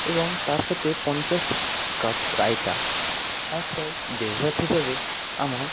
এবং তার সাতে পঞ্চাশ কাপ রায়তা আর স্যার ডেজার্ট হিসাবে আমার